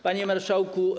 Panie Marszałku!